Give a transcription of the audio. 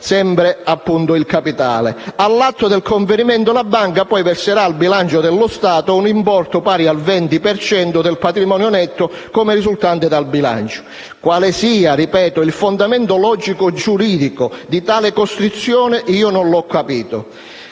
All'atto del conferimento la banca verserà al bilancio dello Stato un importo pari al 20 per cento del patrimonio netto come risultante dal bilancio. Quale sia - ripeto - il fondamento logico-giuridico di tale costruzione io non l'ho capito.